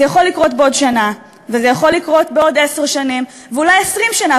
זה יכול לקרות בעוד שנה וזה יכול לקרות בעוד עשר שנים ואולי 20 שנה,